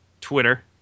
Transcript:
Twitter